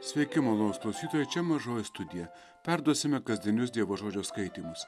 sveiki malonūs klausytojai čia mažoji studija perduosime kasdienius dievo žodžio skaitymus